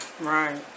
right